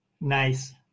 Nice